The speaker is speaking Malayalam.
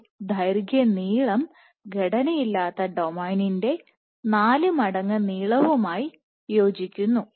ഈ ദൈർഘ്യംനീളം ഘടനയില്ലാത്ത ഡൊമെയ്നിന്റെ 4 മടങ്ങ് നീളവുമായി യോജിക്കുന്നു